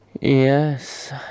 Yes